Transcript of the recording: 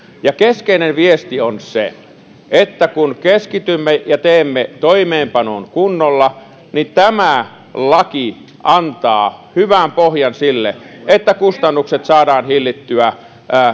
ja keskeinen viesti on se että kun keskitymme ja teemme toimeenpanon kunnolla niin tämä laki antaa hyvän pohjan sille että kustannuksia saadaan hillittyä